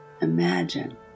Imagine